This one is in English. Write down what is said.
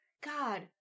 God